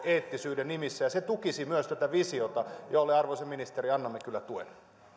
eettisyyden nimissä ja se tukisi myös tätä visiota jolle arvoisa ministeri annamme kyllä tuen